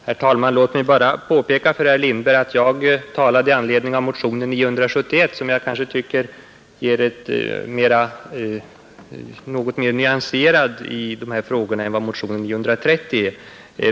Herr talman! Låt mig bara påpeka för herr Lindberg att jag talade i anledning av motionen 971, som jag tycker är något mer nyanserad i de här frågorna än motionen 930.